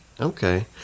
Okay